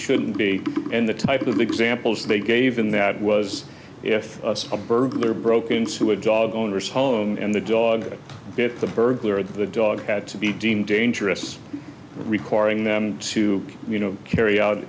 shouldn't be and the type of examples they gave in that was if a burglar broke into a dog owner's home and the dog to get the burglar of the dog had to be deemed dangerous requiring them to you know carry out